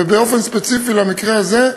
ובאופן ספציפי למקרה הזה,